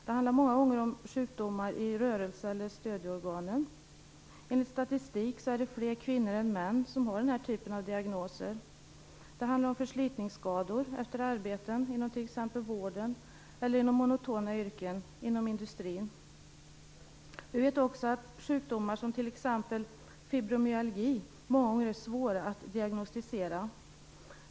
Det handlar många gånger om sjukdomar i rörelse eller stödorganen. Enligt statistik är det fler kvinnor än män som har den här typen av diagnoser. Det handlar om förslitningsskador efter arbeten inom t.ex. vården eller inom monotona yrken inom industrin. Vi vet också att sjukdomar som t.ex. fibromyalgi många gånger är svåra att diagnostisera.